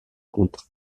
contre